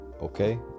Okay